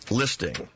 listing